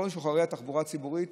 כל שוחרי התחבורה הציבורית